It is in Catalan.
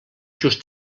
just